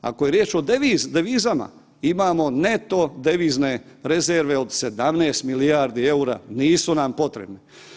Ako je riječ o devizama, imamo neto devizne rezerve od 17 milijardi EUR-a, nisu nam potrebni.